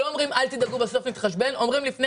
לא אומרים אל תדאגו ובסוף נתחשבן אלא לפני